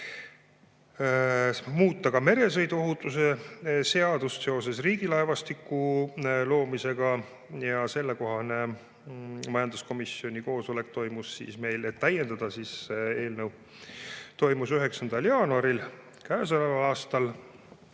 muuta ka meresõiduohutuse seadust seoses Riigilaevastiku loomisega. Sellekohane majanduskomisjoni koosolek toimus meil, et täiendada eelnõu, 9. jaanuaril käesoleval aastal.